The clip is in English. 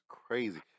crazy